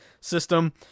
system